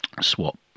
swap